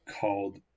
called